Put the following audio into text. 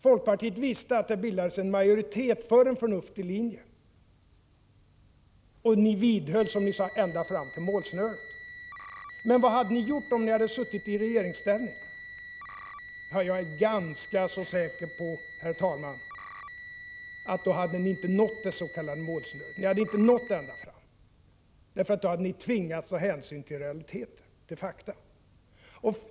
Folkpartiet visste att det bildades en majoritet för en förnuftig linje, och ni vidhöll, som ni sade, ända fram till målsnöret. Men vad hade ni gjort om ni hade suttit i regeringsställning? Jag är ganska säker på att ni inte hade nått målsnöret då. Ni hade inte nått ända fram, eftersom ni hade tvingats att ta hänsyn till realiteterna, till fakta.